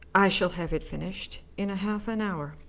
i shall have it finished in half an hour.